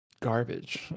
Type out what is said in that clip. garbage